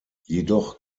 jedoch